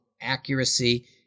accuracy